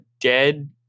dead